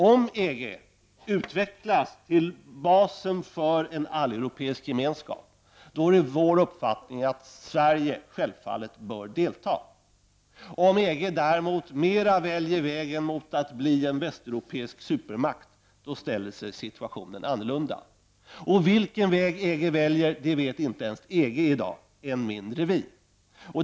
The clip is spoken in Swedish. Om EG utvecklas till basen för en alleuropeisk gemenskap, är det vår uppfattning att Sverige självfallet bör delta. Om EG däremot mera väljer vägen mot att bli en västeuropeisk supermakt, blir situationen annorlunda. Vilken väg EG väljer vet inte ens EG i dag, än mindre vi.